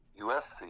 USC